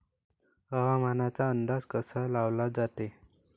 हवामानाचा अंदाज कसा लावला जाते?